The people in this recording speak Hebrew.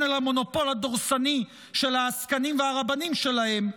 על המונופול הדורסני של העסקנים והרבנים שלהם סירבו,